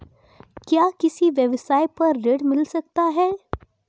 क्या किसी व्यवसाय पर ऋण मिल सकता है?